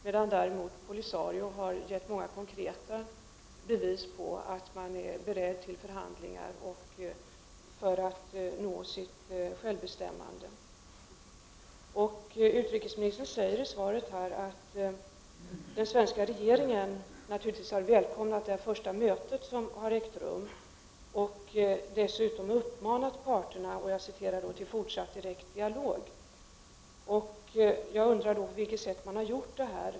Polisario har däremot givit många konkreta bevis på att man är beredd till förhandlingar för att kunna nå sitt självbestämmande. Utrikesministern säger i svaret att den svenska regeringen naturligtvis har välkomnat det första mötet som har ägt rum och dessutom har uppmanat parterna till ”fortsatt direkt dialog”. Jag undrar då: På vilket sätt har detta skett?